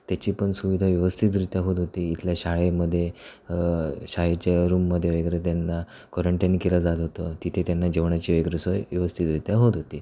तेचीपण सुविधा व्यवस्थितरित्या होत होती इथल्या शाळेमध्ये शाळेच्या रूममध्ये वगैरे तेंना कॉरन्टाईन केलं जात होतं तिथे त्यांना जेवणाची वगैरे सोय व्यवस्थितरित्या होत होती